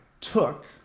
took